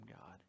God